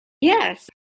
Yes